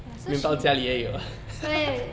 ya so she 对